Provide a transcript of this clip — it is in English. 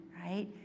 right